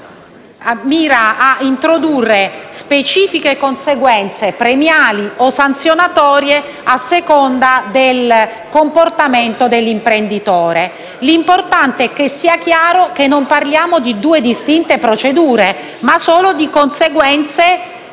mira ad introdurre specifiche conseguenze premiali o sanzionatorie a seconda del comportamento dell'imprenditore. L'importante è che sia chiaro che non parliamo di due distinte procedure, ma solo di conseguenze